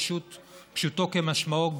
פשוטו כמשמעו,